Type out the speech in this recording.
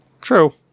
true